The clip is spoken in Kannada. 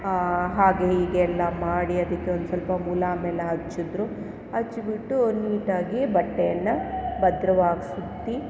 ಹಾಗೆ ಹೀಗೆ ಎಲ್ಲ ಮಾಡಿ ಅದಕ್ಕೊಂದು ಸ್ವಲ್ಪ ಮುಲಾಮೆಲ್ಲ ಹಚ್ಚಿದ್ರು ಹಚ್ಚಿಬಿಟ್ಟು ನೀಟಾಗಿ ಬಟ್ಟೆಯನ್ನು ಭದ್ರವಾಗಿ ಸುತ್ತಿ